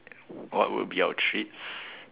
what would be our treats